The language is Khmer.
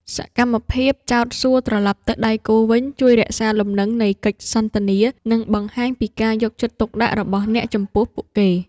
សកម្មភាពចោទសួរត្រឡប់ទៅដៃគូវិញ ជួយរក្សាលំនឹងនៃកិច្ចសន្ទនា និងបង្ហាញពីការយកចិត្តទុកដាក់របស់អ្នកចំពោះពួកគេ។